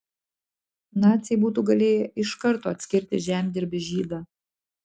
naciai būtų galėję iš karto atskirti žemdirbį žydą